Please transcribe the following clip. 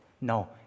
No